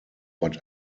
but